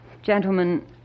Gentlemen